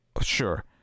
Sure